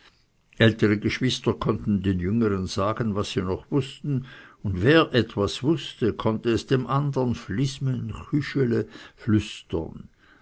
ältere geschwister konnten den jüngern sagen was sie noch wußten und wer etwas wußte konnte es dem andern flismen chüschele flüstern